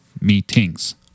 meetings